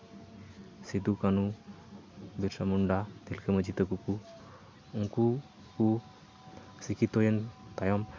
ᱥᱤᱫᱩ ᱠᱟᱹᱱᱦᱩ ᱵᱤᱨᱥᱟ ᱢᱩᱱᱰᱟ ᱛᱤᱞᱠᱟᱹ ᱢᱟᱹᱡᱷᱤ ᱛᱟᱠᱚ ᱠᱚ ᱩᱱᱠᱩ ᱠᱩ ᱥᱤᱠᱠᱷᱤᱛᱚᱭᱮᱱ ᱛᱟᱭᱚᱢ